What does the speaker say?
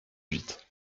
huit